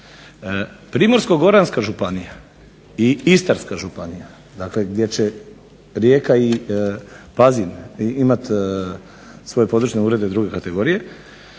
Primorsko-goranska županija i Istarska županija dakle gdje će Rijeka i Pazin imati svoje područne urede II. kategorije